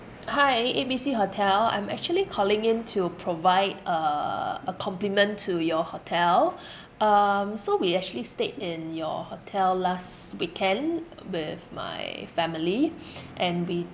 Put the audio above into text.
hi A B C hotel I'm actually calling in to provide uh a compliment to your hotel um so we actually stayed in your hotel last weekend with my family and we